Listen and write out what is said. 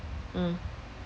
mm